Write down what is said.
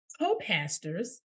co-pastors